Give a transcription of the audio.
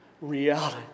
reality